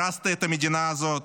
הרסת את המדינה הזאת.